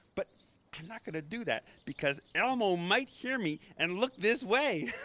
but i'm not gonna do that because elmo might hear me and look this way.